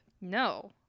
No